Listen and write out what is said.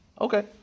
Okay